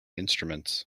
instruments